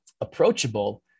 approachable